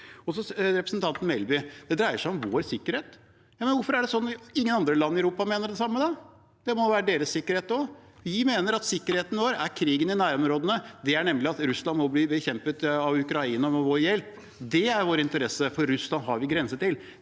til representanten Melby, som sa at det dreier seg om vår egen sikkerhet: Hvorfor er det ingen andre land i Europa som mener det samme? Det må jo være deres sikkerhet også. Vi mener at sikkerheten vår dreier seg om krigen i nærområdene, det er nemlig at Russland må bli bekjempet av Ukraina, med vår hjelp. Det er i vår interesse, for Russland har vi grense til.